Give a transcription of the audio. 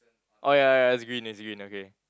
orh ya ya ya is green is green okay